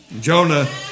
Jonah